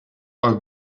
our